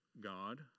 god